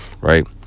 right